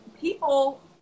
people